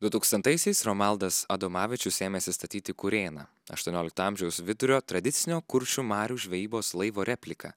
dutūkstantaisiais romaldas adomavičius ėmęsis statyti kurėną aštuoniolikto amžiaus vidurio tradicinio kuršių marių žvejybos laivo repliką